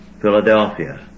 Philadelphia